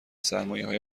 سرمایههای